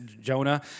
Jonah